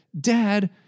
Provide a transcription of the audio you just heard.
Dad